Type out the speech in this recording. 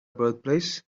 birthplace